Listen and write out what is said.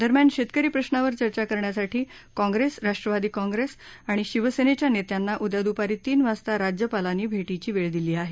दरम्यान शेतकरी प्रश्नावर चर्चा करण्यासाठी काँग्रेस राष्ट्रवादी काँग्रेस आणि शिवसेनेच्या नेत्यांना उद्या द्रपारी तीन वाजता राज्यपालांनी भेटीची वेळ दिली आहे